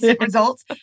results